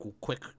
quick